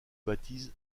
baptise